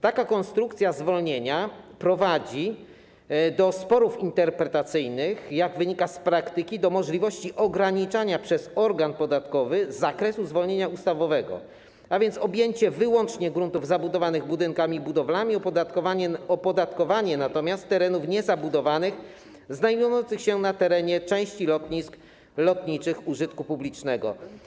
Taka konstrukcja zwolnienia prowadzi do sporów interpretacyjnych i - jak wynika z praktyki - do możliwości ograniczania przez organ podatkowy zakresu zwolnienia ustawowego, a więc objęcia nim wyłącznie gruntów zabudowanych budynkami i budowlami, opodatkowanie natomiast terenów niezabudowanych znajdujących się na terenie lotnisk lotniczych użytku publicznego.